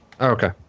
Okay